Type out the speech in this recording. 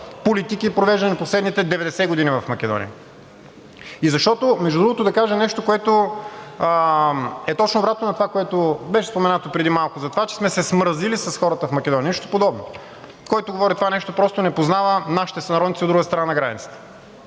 политики, провеждани последните 90 години в Македония. Между другото, да кажа нещо, което е точно обратното на това, което беше споменато преди малко – за това, че сме се смразили с хората в Македония. Нищо подобно. Който говори това нещо, просто не познава нашите сънародници от другата страна на границата.